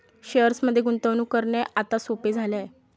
शेअर्समध्ये गुंतवणूक करणे आता सोपे झाले आहे